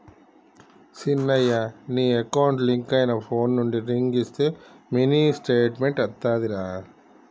సిన్నయ నీ account link అయిన ఫోన్ నుండి రింగ్ ఇస్తే మినీ స్టేట్మెంట్ అత్తాదిరా